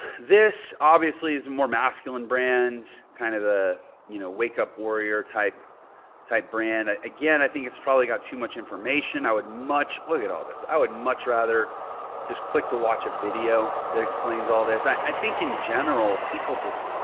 this obviously is a more masculine brand, kind of the you know wake up warrior type type brand. ah again, i think it's probably got too much information. i would much, look at all this. i would much rather just click to watch a video that explains all this. i think in general, people just,